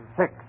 six